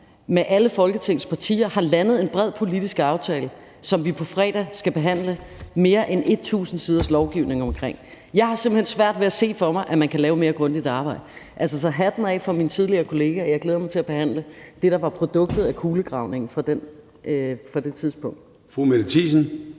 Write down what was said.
med alle Folketingets partier, og har landet en bred politisk aftale, som vi på fredag skal behandle mere end 1.000 siders lovgivning omkring. Jeg har simpelt hen svært ved at se for mig, at man kan lave et mere grundigt arbejde. Så hatten af for min tidligere kollega. Jeg glæder mig til at behandle det, der var produktet af kulegravningen fra det tidspunkt. Kl. 21:50 Formanden